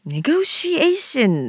Negotiation